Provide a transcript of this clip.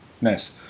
Nice